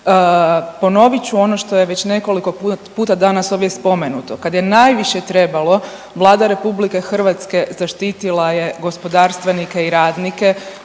Ponovit ću ono što je nekoliko puta danas ovdje spomenuto. Kad je najviše trebalo, Vlada RH zaštitila je gospodarstvenike i radnike,